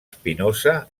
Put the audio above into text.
spinoza